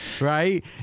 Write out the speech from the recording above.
right